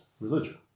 religion